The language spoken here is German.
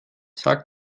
sagt